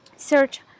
search